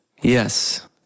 Yes